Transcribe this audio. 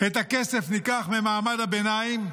את הכסף ניקח ממעמד הביניים,